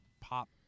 pop